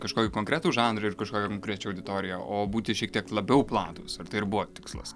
kažkokį konkretų žanrą ir kažką konkrečią auditoriją o būti šiek tiek labiau platūs ar tai ir buvo tikslas